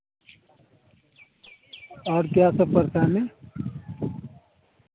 और क्या सब परेशानी